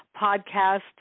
podcast